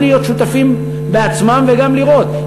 גם להיות שותפים בעצמם וגם לראות.